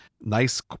Nice